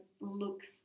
looks